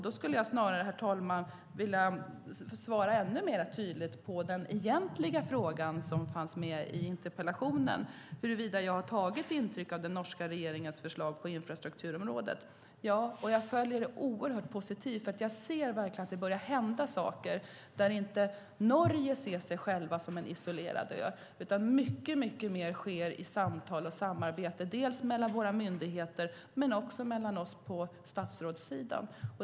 Då skulle jag snarare, herr talman, vilja svara ännu mer tydligt på den egentliga frågan i interpellationen, huruvida jag har tagit intryck av den norska regeringens förslag på infrastrukturområdet: Ja, och jag följer det oerhört positivt, för jag ser verkligen att det börja hända saker, där Norge inte ser sig själv som en isolerad ö utan att mycket mer sker i samtal och samarbete dels mellan våra myndigheter, dels mellan oss på statsrådssidan.